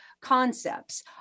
concepts